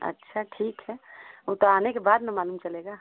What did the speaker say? अच्छा ठीक है वह तो आने के बाद ना मालूम चलेगा